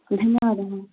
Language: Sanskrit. धन्यवादः